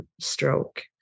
stroke